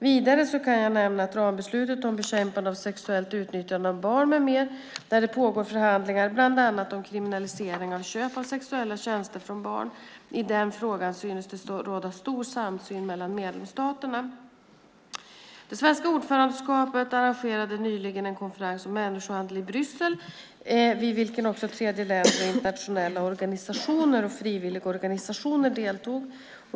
Vidare kan nämnas rambeslutet om bekämpande av sexuellt utnyttjande av barn, där det pågår förhandlingar bland annat om kriminalisering av köp av sexuella tjänster från barn. I den frågan synes det råda stor samsyn mellan medlemsstaterna. Nyligen arrangerade det svenska ordförandeskapet en konferens om människohandel i Bryssel vid vilken även tredje länder och internationella organisationer och frivilligorganisationer deltog.